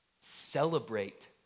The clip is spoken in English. Celebrate